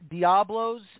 Diablos